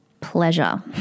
pleasure